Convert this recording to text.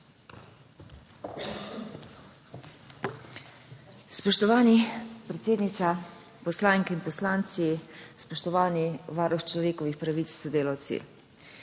Spoštovan, predsednica, poslanke in poslanci, spoštovani varuh človekovih pravic s sodelavci!